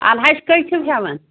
اَلہٕ ہَچہِ کٔہۍ چھِو ہٮ۪وان